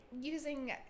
using